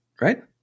right